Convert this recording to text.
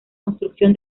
construcción